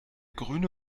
grüne